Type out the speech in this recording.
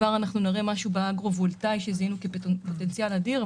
כבר נראה משהו באגרו-וולטאי שזיהינו כפוטנציאל אדיר.